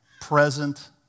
present